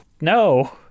No